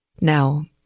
Now